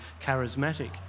charismatic